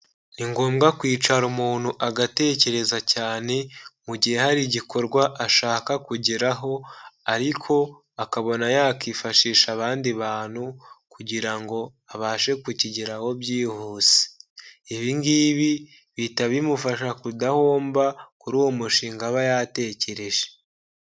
Ni ngombwa kwicara umuntu agatekereza cyane, mu gihe hari igikorwa ashaka kugeraho, ariko akabona yakifashisha abandi bantu kugira ngo abashe kukigeraho byihuse, ibi ngibi bihita bimufasha kudahomba kuri uwo mushinga aba yatekereje.